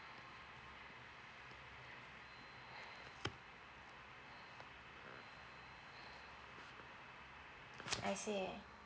I see